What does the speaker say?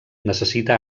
necessita